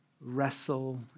wrestle